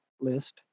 list